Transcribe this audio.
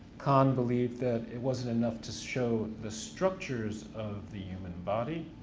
kahn believed that it wasn't enough to show the structures of the human body,